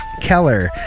Keller